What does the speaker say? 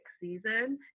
season